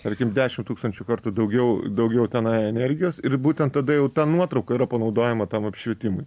tarkim dešim tūkstančių kartų daugiau daugiau tenai energijos ir būtent tada jau ta nuotrauka yra panaudojama tam apšvietimui